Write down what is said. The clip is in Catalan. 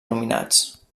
nominats